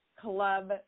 club